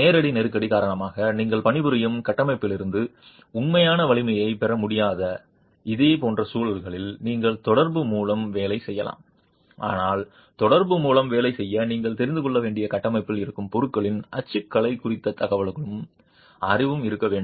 நேர நெருக்கடி காரணமாக நீங்கள் பணிபுரியும் கட்டமைப்பிலிருந்து உண்மையான வலிமையைப் பெற முடியாத இதுபோன்ற சூழ்நிலைகளில் நீங்கள் தொடர்பு மூலம் வேலை செய்யலாம் ஆனால் தொடர்பு மூலம் வேலை செய்ய நீங்கள் தெரிந்து கொள்ள வேண்டும் கட்டமைப்பில் இருக்கும் பொருட்களின் அச்சுக்கலை குறித்த தகவல்களும் அறிவும் இருக்க வேண்டும்